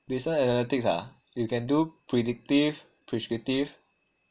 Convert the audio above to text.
business analytics ah you can do predictive prescriptive